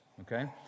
Okay